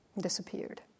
disappeared